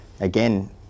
again